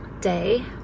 day